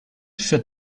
für